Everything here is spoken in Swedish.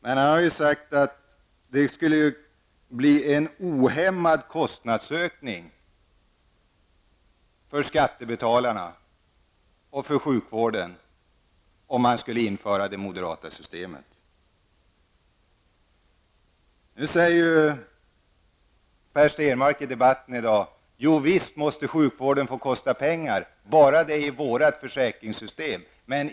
Men han har sagt att det skulle bli en ohämmad kostnadsökning för skattebetalarnas del och för sjukvården om det moderata systemet infördes. Per Stenmarck säger i debatten i dag: Jo, visst måste sjukvården få kosta pengar. Men då skall det vara vårt försäkringssystem.